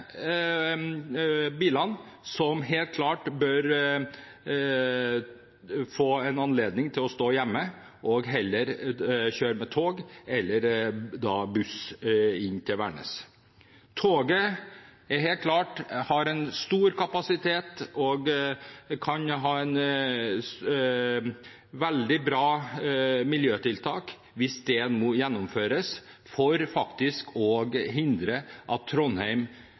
bilene som man helt klart bør la stå hjemme, og så heller kjøre med tog eller buss inn til Værnes. Toget har helt klart stor kapasitet og kan være et veldig bra miljøtiltak hvis dette nå gjennomføres, for å hindre at Trondheim